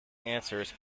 answers